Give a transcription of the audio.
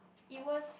it was